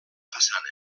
façana